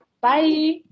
Bye